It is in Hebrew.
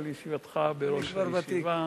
על ישיבתך בראש הישיבה.